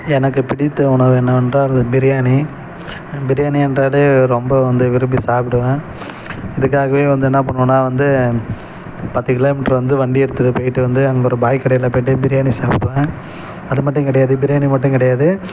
எனக்கு பிடித்த உணவு என்னவென்றால் பிரியாணி பிரியாணி என்றாலே ரொம்ப வந்து விரும்பி சாப்பிடுவேன் இதுக்காகவே வந்து என்ன பண்ணுவேன்னால் வந்து பத்து கிலோமீட்ரு வந்து வண்டி எடுத்துட்டு போய்விட்டு வந்து அங்கே ஒரு பாய் கடையில் போய்விட்டு பிரியாணி சாப்பிடுவேன் அது மட்டும் கிடையாது பிரியாணி மட்டும் கிடையாது